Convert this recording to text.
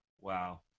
Wow